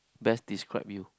best describe you